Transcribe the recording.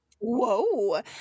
Whoa